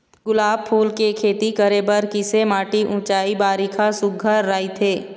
गुलाब फूल के खेती करे बर किसे माटी ऊंचाई बारिखा सुघ्घर राइथे?